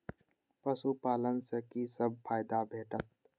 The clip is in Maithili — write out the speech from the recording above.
पशु पालन सँ कि सब फायदा भेटत?